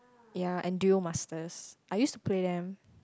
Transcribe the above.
ya and Duel-Masters I used to play them